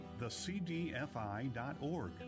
thecdfi.org